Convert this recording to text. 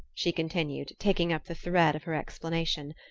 she continued, taking up the thread of her explanation,